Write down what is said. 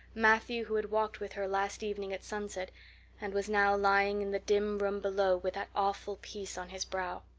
matthew who had walked with her last evening at sunset and was now lying in the dim room below with that awful peace on his brow.